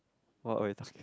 what are you talking